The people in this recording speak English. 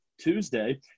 Tuesday